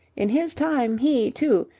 in his time he, too,